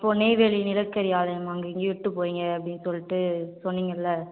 இப்போது நெய்வேலி நிலக்கரி ஆலயம் அங்கே எங்கேயோ இட்டு போகிறிங்க அப்படின்னு சொல்லிட்டு சொன்னிங்கள்ல